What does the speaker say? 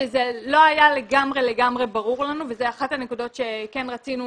זה לא היה לגמרי ברור לנו וזאת אחת הנקודות שכן רצינו